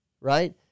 right